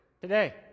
today